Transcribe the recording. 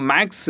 Max